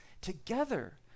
together